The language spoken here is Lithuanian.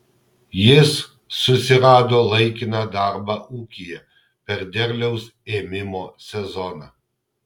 jis susirado laikiną darbą ūkyje per derliaus ėmimo sezoną